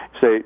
say